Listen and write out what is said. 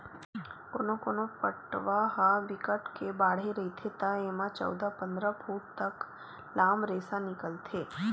कोनो कोनो पटवा ह बिकट के बाड़हे रहिथे त एमा चउदा, पंदरा फूट तक लाम रेसा निकलथे